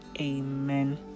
Amen